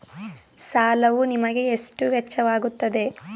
ಸಾಲವು ನಿಮಗೆ ಎಷ್ಟು ವೆಚ್ಚವಾಗುತ್ತದೆ?